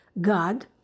God